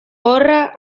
horra